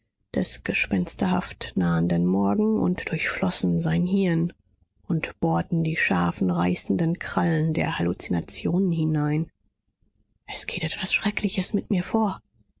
des gespensterhaft nahenden morgen und durchflossen sein hirn und bohrten die scharfen reißenden krallen der halluzinationen hinein es geht etwas schreckliches mit mir vor